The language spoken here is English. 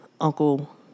Uncle